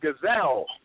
Gazelle